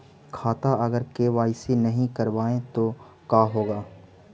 खाता अगर के.वाई.सी नही करबाए तो का होगा?